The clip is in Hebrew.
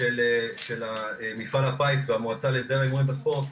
של מפעל הפיס והמועצה להסדר ההימורים בספורט,